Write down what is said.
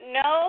no